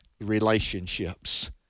relationships